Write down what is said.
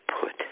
put